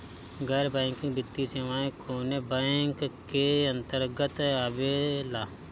गैर बैंकिंग वित्तीय सेवाएं कोने बैंक के अन्तरगत आवेअला?